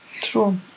true